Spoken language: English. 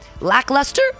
lackluster